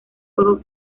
fuego